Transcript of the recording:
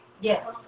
Yes